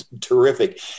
terrific